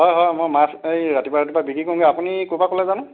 হয় হয় মই মাছ এই ৰাতিপুৱা ৰাতিপুৱা বিক্ৰী কৰোঁগৈ আপুনি ক'ৰপৰা ক'লে জানো